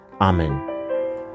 Amen